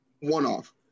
one-off